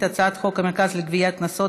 הצעת חוק המרכז לגביית קנסות,